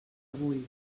vull